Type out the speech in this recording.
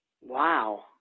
Wow